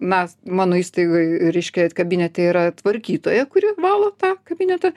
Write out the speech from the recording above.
na mano įstaigoj reiškia kabinete yra tvarkytoja kuri valo tą kabinetą